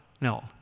no